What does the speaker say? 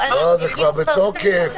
זה כבר בתוקף.